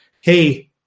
hey